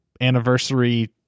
anniversary